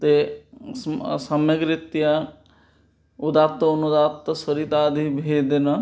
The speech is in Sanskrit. ते स्म् सम्यक् रीत्या उदात्तानुदात्तस्वरितादिभेदेन